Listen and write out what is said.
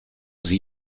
sie